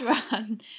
one